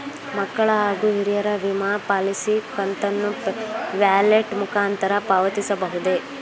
ಮಕ್ಕಳ ಹಾಗೂ ಹಿರಿಯರ ವಿಮಾ ಪಾಲಿಸಿ ಕಂತನ್ನು ವ್ಯಾಲೆಟ್ ಮುಖಾಂತರ ಪಾವತಿಸಬಹುದೇ?